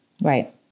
Right